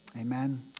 amen